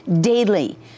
daily